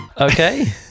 Okay